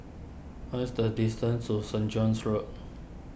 what's the distance to Saint John's Road